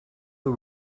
the